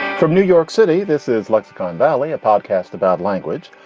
from new york city, this is lexicon valley, a podcast about language.